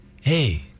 hey